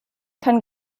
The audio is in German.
kann